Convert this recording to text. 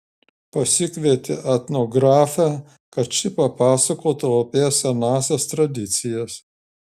pasikvietė etnografę kad ši papasakotų apie senąsias tradicijas